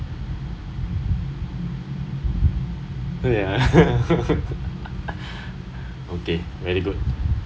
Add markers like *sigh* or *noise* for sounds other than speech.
*laughs* okay very good